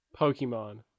Pokemon